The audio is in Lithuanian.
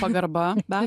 pagarba beat